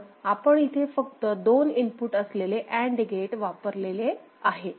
पण आपण इथे फक्त दोन इनपुट असलेले अँड गेट वापरलेले आहे